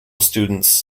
students